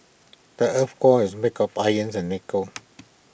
the Earth's core is make of iron and nickel